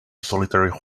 solitary